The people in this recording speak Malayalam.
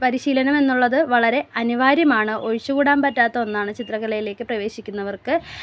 പരിശീലനം എന്നുള്ളത് വളരെ അനിവാര്യമാണ് ഒഴിച്ചുകൂടാൻ പറ്റാത്ത ഒന്നാണ് ചിത്രകലയിലേക്ക് പ്രവേശിക്കുന്നവർക്ക്